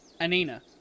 Anina